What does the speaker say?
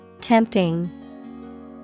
Tempting